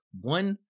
one